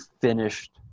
finished